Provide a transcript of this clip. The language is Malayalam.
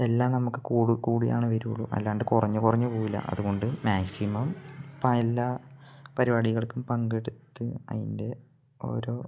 എല്ലാം നമുക്ക് കൂടി കൂടിയാണ് വരികയുള്ളൂ അല്ലാതെ കുറഞ്ഞു കുറഞ്ഞു പോവില്ല അതുകൊണ്ട് മാക്സിമം ഇപ്പം എല്ലാ പരിപാടികൾക്കും പങ്കെടുത്ത് അതിൻ്റെ ഓരോ